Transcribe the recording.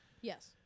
yes